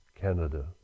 Canada